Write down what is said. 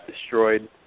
destroyed